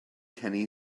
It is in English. kenny